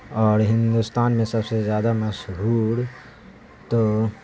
اور ہندوستان میں سب سے زیادہ مشہور تو